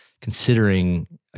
considering